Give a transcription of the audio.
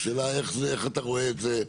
השאלה היא איך אתה רואה את זה.